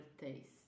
taste